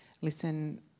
listen